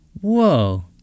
Whoa